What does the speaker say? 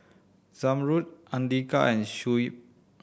Zamrud Andika and Shuib